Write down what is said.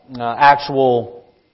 actual